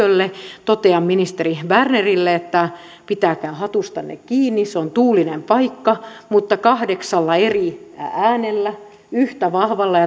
työlle totean ministeri bernerille että pitäkää hatustanne kiinni se on tuulinen paikka mutta kahdeksalla eri äänellä yhtä vahvalla